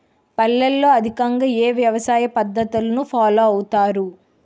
పల్లెల్లో అధికంగా ఏ వ్యవసాయ పద్ధతులను ఫాలో అవతారు?